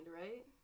right